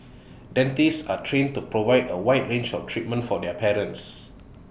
dentists are trained to provide A wide range of treatment for their patients